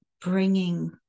bringing